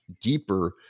deeper